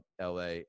LA